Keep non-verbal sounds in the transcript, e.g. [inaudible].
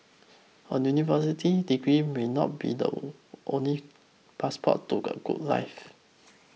a university degree may not be the [noise] only passport to a good life